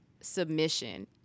submission